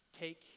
take